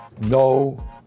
no